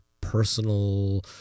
personal